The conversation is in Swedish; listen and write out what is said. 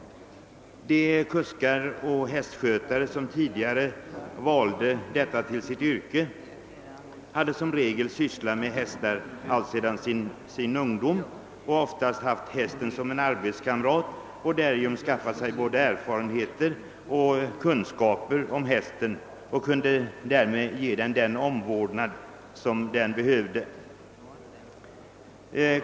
De kuskar och hästskötare som tidigare valde till sitt yrke att sköta hästar hade som regel sysslat med hästar alltsedan sin ungdom och oftast haft hästen som en arbetskamrat. Därigenom hade de skaffat sig både erfarenheter av och kunskaper om hästen och kunde ge den sådan omvårdnad som den behövde.